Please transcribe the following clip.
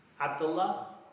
Abdullah